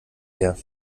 her